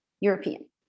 European